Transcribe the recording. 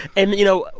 and, you know,